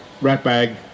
ratbag